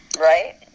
right